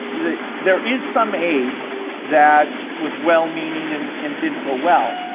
there is some aid that was well-meaning and and didn't go well.